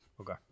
Okay